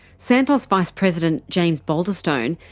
santos vice-president, james baulderstone,